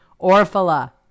Orphala